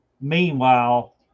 meanwhile